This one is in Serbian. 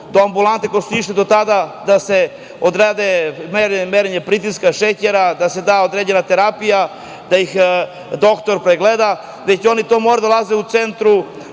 do ambulante kako su išli do tada da se odrade merenje pritiska, šećera, da se da određena terapija, da ih doktor pregleda, već oni moraju da dolaze u centru